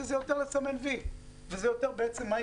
שזה יותר סימון וי וזה יותר מעיק.